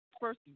First